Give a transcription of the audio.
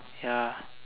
ya